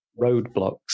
roadblocks